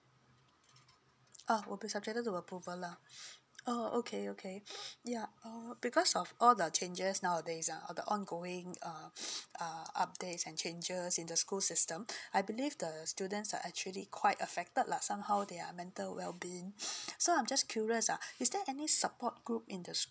ah will be subjected to approval lah oh okay okay yeah err because of all the changes nowadays ah the ongoing uh uh updates and changes in the school system I believe the students are actually quite affected lah somehow their mental well being so I'm just curious ah is there any support group in the school